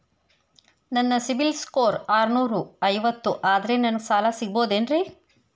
ನನ್ನ CIBIL score ಆರನೂರ ಐವತ್ತು ಅದರೇ ನನಗೆ ಸಾಲ ಸಿಗಬಹುದೇನ್ರಿ?